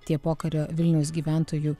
tie pokario vilniaus gyventojų